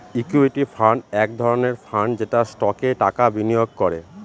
equity fund এক ধরনের fund যেটা স্টকে টাকা বিনিয়োগ করে